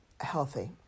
healthy